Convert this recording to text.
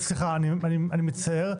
אני מצטער,